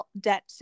debt